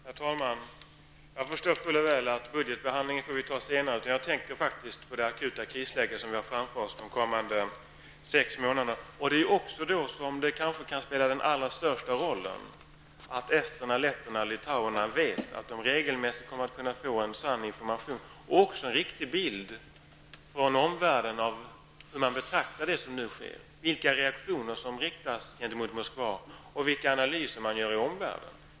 Herr talman! Jag förstår fuller väl att vi får diskutera budgetbehandlingen senare. Jag tänker faktiskt på det akuta krisläge som vi har framför oss de kommande sex månaderna. Det är då som det kan spela den största rollen att esterna, letterna och litauerna vet att de regelmässigt kommer att kunna få ta del av en sann information och också en riktig bild från omvärlden av hur omvärlden betraktar det som nu sker, vilka reaktioner som riktas mot Moskva och vilka analyser som görs.